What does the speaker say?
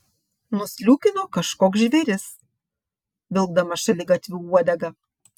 nusliūkino kažkoks žvėris vilkdamas šaligatviu uodegą